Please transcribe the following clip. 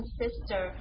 sister